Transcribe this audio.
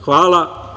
Hvala.